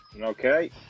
Okay